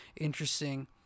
interesting